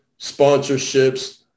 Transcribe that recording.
sponsorships